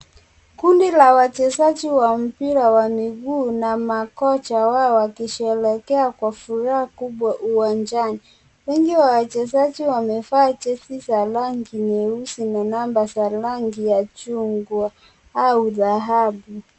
Kundi la wachezaji wa mpira wa miguu na makocha wao wakisherekea kwa furaha kubwa uwanjani, wengi wa wachezaji wamevaa jersey za rangi nyeusi na namba za rangi ya chungwa au dhahabu.